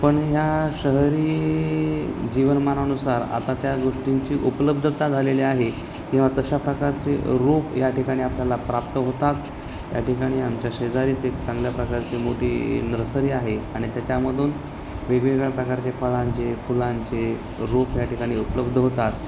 पण ह्या शहरी जीवनमानानुसार आता त्या गोष्टींची उपलब्धता झालेली आहे किंवा तशा प्रकारचे रोप या ठिकाणी आपल्याला प्राप्त होतात याठिकाणी आमच्या शेजारीच एक चांगल्या प्रकारची मोठी नर्सरी आहे आणि त्याच्यामधून वेगवेगळ्या प्रकारचे फळांचे फुलांचे रोप ह्या ठिकाणी उपलब्ध होतात